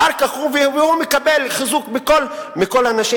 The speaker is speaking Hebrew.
אחר כך הוא מקבל חיזוק מכל הנשים,